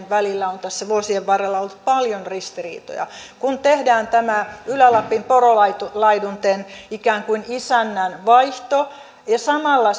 välillä on tässä vuosien varrella ollut paljon ristiriitoja kun tehdään tämä ylä lapin porolaidunten ikään kuin isännänvaihto ja ja samalla